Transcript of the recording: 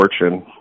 fortune